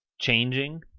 changing